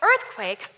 earthquake